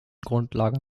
grundlage